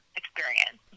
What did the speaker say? experience